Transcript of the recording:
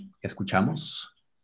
escuchamos